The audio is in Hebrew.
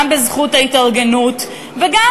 גם בזכות ההתארגנות וגם,